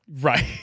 right